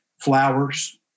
flowers